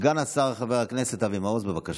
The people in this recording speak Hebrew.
סגן השר חבר הכנסת אבי מעוז, בבקשה.